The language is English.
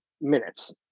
minutes